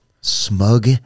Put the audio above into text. Smug